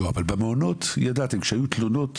לא, אבל במעונות ידעתם, כשהיו תלונות